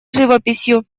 живописью